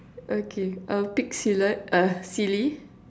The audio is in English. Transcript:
okay I'll pick silat uh silly